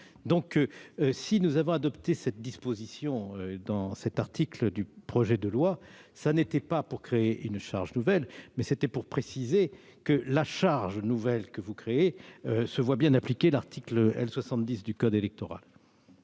» Si nous avons introduit cette disposition à cet article, ce n'était pas pour créer une charge nouvelle, mais simplement pour préciser que la charge nouvelle que vous créez se voit bien appliquer l'article L. 70 du code électoral.